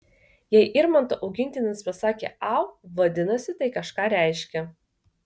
jei irmanto augintinis pasakė au vadinasi tai kažką reiškia